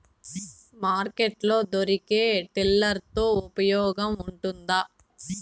Market లో దొరికే tiller తో ఉపయోగం ఉంటుందా?